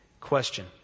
Question